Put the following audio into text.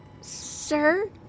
Sir